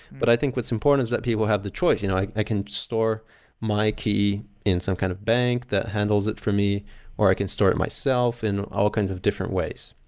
but i think what's important is that people have the choice. you know i i can store my key in some kind of bank that handles it for me or i can store myself and all kinds of different ways,